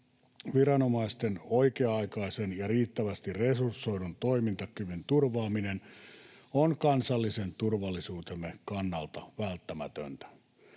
Viranomaisten oikea-aikaisen ja riittävästi resursoidun toimintakyvyn turvaaminen on kansallisen turvallisuutemme kannalta välttämätöntä.